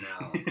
no